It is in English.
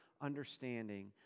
understanding